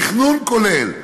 תכנון כולל.